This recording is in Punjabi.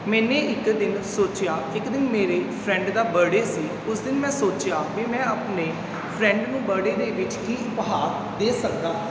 ਮੈਨੇ ਇੱਕ ਦਿਨ ਸੋਚਿਆ ਇੱਕ ਦਿਨ ਮੇਰੇ ਫਰੈਂਡ ਦਾ ਬਰਡੇ ਸੀ ਉਸ ਦਿਨ ਮੈਂ ਸੋਚਿਆ ਵੀ ਮੈਂ ਆਪਣੇ ਫਰੈਂਡ ਨੂੰ ਬਰਡੇ ਦੇ ਵਿੱਚ ਕੀ ਉਪਹਾਰ ਦੇ ਸਕਦਾ ਹਾਂ